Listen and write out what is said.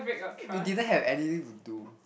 we didn't have anything to do